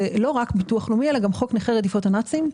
זה לא רק ביטוח לאומי אלא גם חוק נכי רדיפות הנאצים.